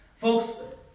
Folks